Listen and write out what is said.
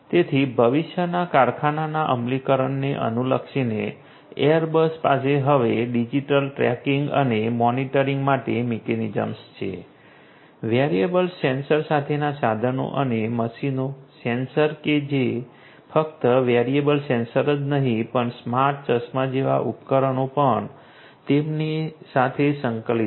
તેથી ભવિષ્યના કારખાનાના અમલીકરણને અનુલક્ષીને એરબસ પાસે હવે ડિજિટલ ટ્રેકિંગ અને મોનિટરિંગ માટે મિકેનિઝમ્સ છે વેરેબલ્સ સેન્સર સાથેના સાધનો અને મશીનો સેન્સર કે જે ફક્ત વેરેબલ્સ સેન્સર્સ જ નહીં પણ સ્માર્ટ ચશ્મા જેવા ઉપકરણો પણ તેમની સાથે સંકલિત છે